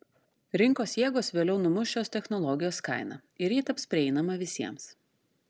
rinkos jėgos vėliau numuš šios technologijos kainą ir ji taps prieinama visiems